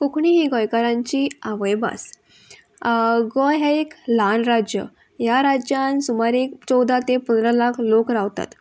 कोंकणी ही गोंयकारांची आवयभास गोंय हे एक ल्हान राज्य ह्या राज्यान सुमार एक चवदा ते पंदरा लाख लोक रावतात